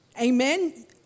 Amen